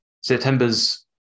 September's